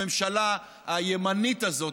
הממשלה הימנית הזאת,